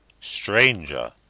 stranger